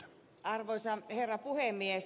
arvoisa herra puhemies